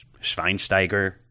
Schweinsteiger